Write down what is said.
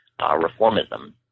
reformism